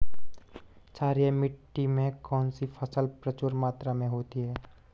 क्षारीय मिट्टी में कौन सी फसल प्रचुर मात्रा में होती है?